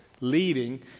leading